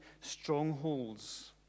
strongholds